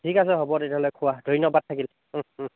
ঠিক আছে হ'ব তেতিয়া'হলে খোৱা ধন্যবাদ থাকিল